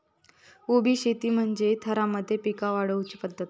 उभी शेती म्हणजे थरांमध्ये पिका वाढवुची पध्दत